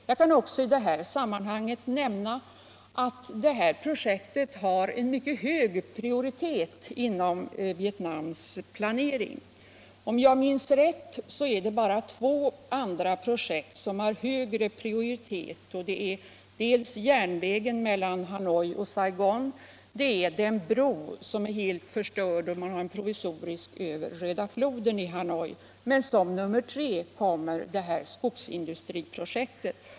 Jag kan också i detta sammanhang nämna att detta projekt har en mycket hög prioritet i Vietnams planering. Om jag minns rätt är det bara två projekt som har högre prioritet, och det är dels järnvägen mellan Hanoi och Saigon, dels en ny bro i stället för den provisoriska över Röda floden i Hanoi - den gamla är helt förstörd. Som nummer tre kommer alltså detta skogsindustriprojekt.